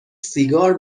سیگار